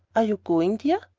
are you going, dear?